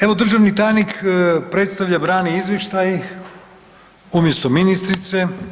Evo državni tajnik predstavlja i brani izvještaj umjesto ministrice.